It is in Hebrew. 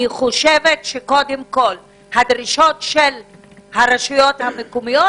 אני חושבת שקודם כל הדרישות של הרשויות המקומיות